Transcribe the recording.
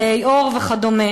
כהי עור וכדומה.